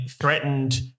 threatened